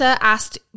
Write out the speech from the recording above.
asked